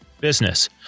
business